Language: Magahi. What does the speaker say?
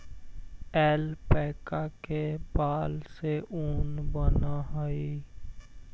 ऐल्पैका के बाल से ऊन बनऽ हई